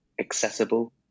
accessible